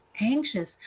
anxious